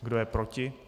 Kdo je proti?